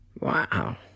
Wow